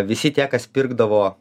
visi tie kas pirkdavo